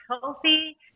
healthy